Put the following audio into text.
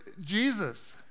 Jesus